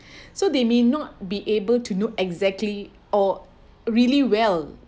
so they may not be able to know exactly or really well